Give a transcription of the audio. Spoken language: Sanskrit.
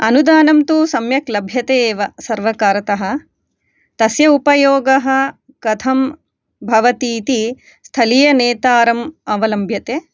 अनुदानं तु सम्यक् लभ्यते एव सर्वकारतः तस्य उपयोगः कथं भवतीति स्थलीयनेतारम् अवलम्ब्यते